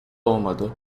olmadı